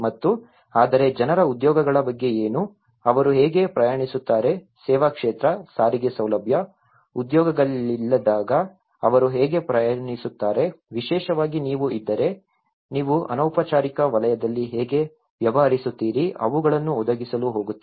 ಮತ್ತು ಆದರೆ ಜನರ ಉದ್ಯೋಗಗಳ ಬಗ್ಗೆ ಏನು ಅವರು ಹೇಗೆ ಪ್ರಯಾಣಿಸುತ್ತಾರೆ ಸೇವಾ ಕ್ಷೇತ್ರ ಸಾರಿಗೆ ಸೌಲಭ್ಯ ಉದ್ಯೋಗಗಳಿಲ್ಲದಿದ್ದಾಗ ಅವರು ಹೇಗೆ ಪ್ರಯಾಣಿಸುತ್ತಾರೆ ವಿಶೇಷವಾಗಿ ನೀವು ಇದ್ದರೆ ನೀವು ಅನೌಪಚಾರಿಕ ವಲಯದಲ್ಲಿ ಹೇಗೆ ವ್ಯವಹರಿಸುತ್ತೀರಿ ಅವುಗಳನ್ನು ಒದಗಿಸಲು ಹೋಗುತ್ತದೆ